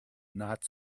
not